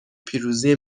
پیروزی